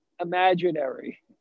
imaginary